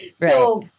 Right